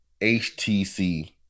HTC